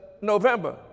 november